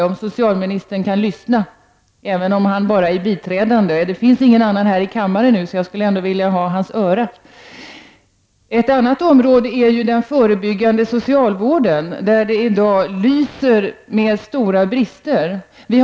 Om socialministern vill lyssna på vad jag säger, även om han bara är biträdande socialminister — det finns nämligen inget annat statsråd här i kammaren, så jag skulle gärna vilja att han lyssnade på mig — så skulle jag vilja ta upp ett annat område, nämligen den förebyggande socialvården. Där finns i dag de stora bristerna.